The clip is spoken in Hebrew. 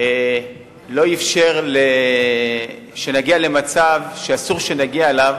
לא אפשר שנגיע למצב שאסור שנגיע אליו,